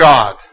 God